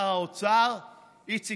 את יודעת,